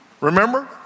remember